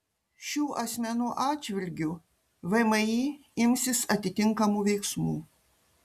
šių asmenų atžvilgiu vmi imsis atitinkamų veiksmų